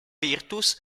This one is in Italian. virtus